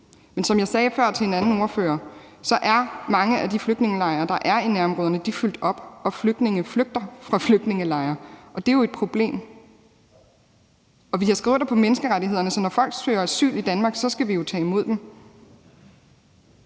Men som jeg sagde før til en anden ordfører, er mange af de flygtningelejre, der er i nærområderne, fyldt op, og flygtninge flygter fra flygtningelejre, og det er jo et problem. Vi har skrevet under på at overholde menneskerettighederne, så når folk søger asyl i Danmark, skal vi tage imod dem.